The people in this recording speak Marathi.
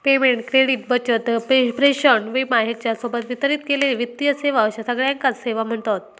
पेमेंट, क्रेडिट, बचत, प्रेषण, विमा ह्येच्या सोबत वितरित केलेले वित्तीय सेवा अश्या सगळ्याकांच सेवा म्ह्णतत